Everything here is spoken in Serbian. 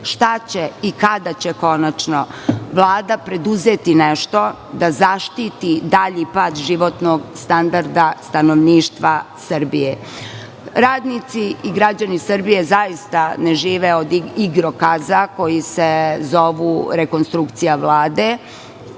šta će i kada će konačno Vlada preduzeti nešto da zaštiti dalji pad životnog standarda stanovništva Srbije? Radnici i građani Srbije zaista ne žive od igrokaza koji se zovu rekonstrukcija Vlade,